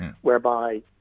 whereby